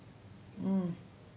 mm